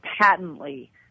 patently